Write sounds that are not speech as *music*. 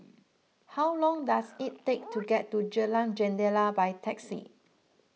how long does it take to *noise* get to Jalan Jendela by taxi